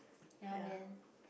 ya man